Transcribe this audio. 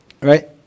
Right